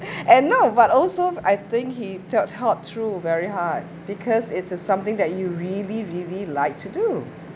and no but also I think he tell thought through very hard because it's a something that you really really like to do